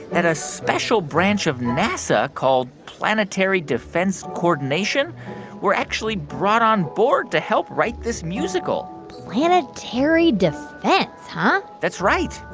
that a special branch of nasa called planetary defense coordination were actually brought on board to help write this musical planetary defense, huh? that's right.